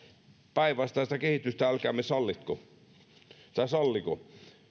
päinvastaista kehitystä älkäämme salliko